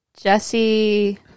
Jesse